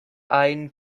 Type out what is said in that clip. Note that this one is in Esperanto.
ajn